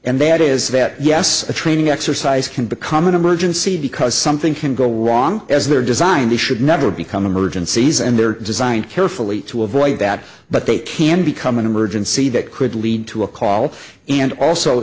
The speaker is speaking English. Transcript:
and that is that yes a training exercise can become an emergency because something can go wrong as they're designed to should never become emergencies and they're designed carefully to avoid that but they can become an emergency that could lead to a call and also